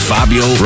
Fabio